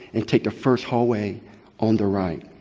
and take the first hallway on the right.